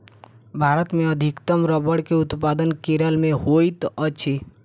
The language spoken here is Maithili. भारत मे अधिकतम रबड़ के उत्पादन केरल मे होइत अछि